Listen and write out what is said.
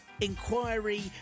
inquiry